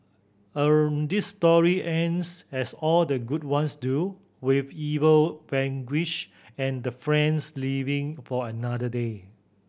this story ends as all the good ones do with evil vanquished and the friends living for another day